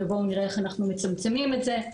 בואו נראה איך אנחנו מצמצמים את זה.